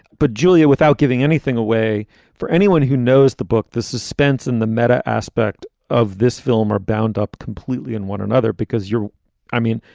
but julia, without giving anything away for anyone who knows the book, the suspense and the meta aspect of this film are bound up completely in one another because you're i mean,